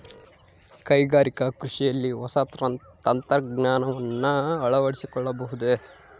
ಕೈಗಾರಿಕಾ ಕೃಷಿಯಲ್ಲಿ ಹೊಸ ತಂತ್ರಜ್ಞಾನವನ್ನ ಅಳವಡಿಸಿಕೊಳ್ಳಬಹುದೇ?